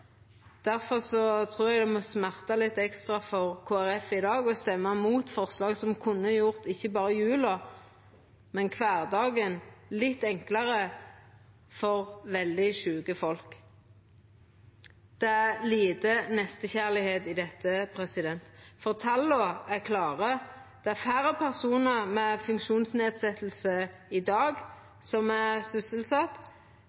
trur eg det må smerta litt ekstra for Kristeleg Folkeparti i dag å stemma mot forslag som kunna gjort ikkje berre jula, men kvardagen litt enklare for veldig sjuke folk. Det er lite nestekjærleik i dette, for tala er klare: Det er færre personar med funksjonsnedsetting som er sysselsette i